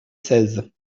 seize